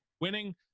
winning